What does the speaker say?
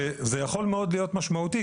וזה יכול מאוד להיות משמעותי.